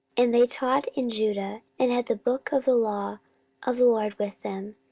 and they taught in judah, and had the book of the law of the lord with them,